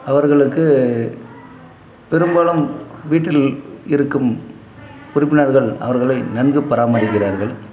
அவர்களுக்கு பெரும்பாலும் வீட்டில் இருக்கும் உறுப்பினர்கள் அவர்களை நன்கு பராமரிக்கிறார்கள்